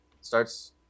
starts